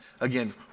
Again